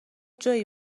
جویی